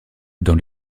dans